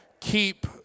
Keep